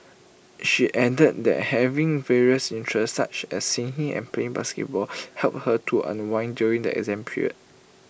she added that having various interests such as singing and playing basketball helped her to unwind during the exam period